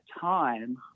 time